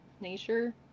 nature